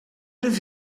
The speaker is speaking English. aviv